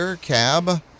Cab